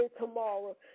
tomorrow